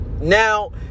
now